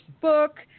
book